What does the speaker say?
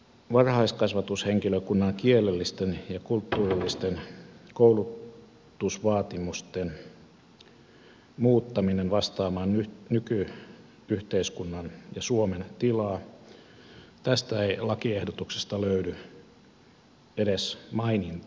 varhaiskasvatushenkilökunnan kielellisten ja kulttuurillisten koulutusvaatimusten muuttaminen vastaamaan nyky yhteiskunnan ja suomen tilaa tästä ei lakiehdotuksesta löydy edes mainintaa